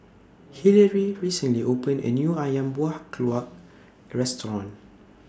Hillary recently opened A New Ayam Buah Keluak Restaurant